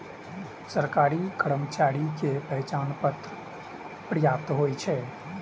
सरकारी कर्मचारी के पहचान पत्र पर्याप्त होइ छै